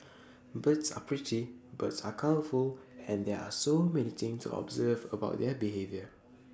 birds are pretty birds are colourful and there are so many things to observe about their behaviour